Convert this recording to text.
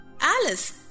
Alice